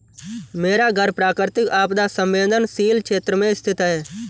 मेरा घर प्राकृतिक आपदा संवेदनशील क्षेत्र में स्थित है